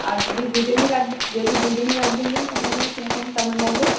আর যদি দুজনেই গার্জেন যদি দুজনই গার্জেন ধরি তাহালে কীরকম কেমন লাগবে